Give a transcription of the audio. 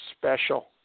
special